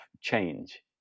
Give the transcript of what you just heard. change